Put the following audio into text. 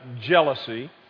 jealousy